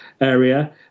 area